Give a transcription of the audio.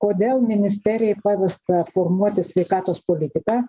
kodėl ministerijai pavesta formuoti sveikatos politiką